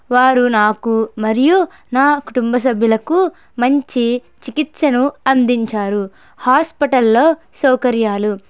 వారు నాకు మరియు నా కుటుంబ సభ్యులకు మంచి చికిత్సను అందించారు హాస్పిటల్లో సౌకర్యాలు